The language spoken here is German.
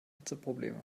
hitzeprobleme